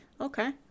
Okay